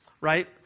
right